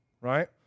right